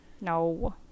No